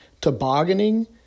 tobogganing